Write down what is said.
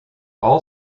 all